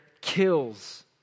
kills